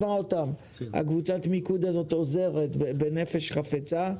קבוצת המיקוד הזו עוזרת בנפש חפצה.